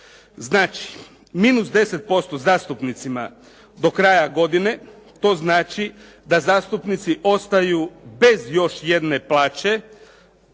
Znači, minus 10% zastupnicima do kraja godine, to znači da zastupnici ostaju bez još jedne plaće